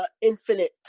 infinite